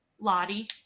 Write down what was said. Lottie